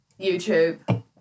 YouTube